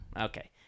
Okay